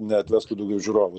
neatvestų daugiau žiūrovų